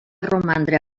romandre